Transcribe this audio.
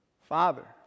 Father